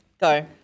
Go